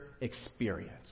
experience